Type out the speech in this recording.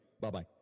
bye-bye